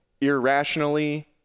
irrationally